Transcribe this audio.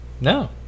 No